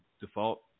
default